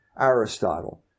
aristotle